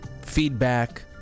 feedback